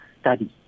study